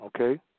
okay